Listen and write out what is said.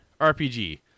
RPG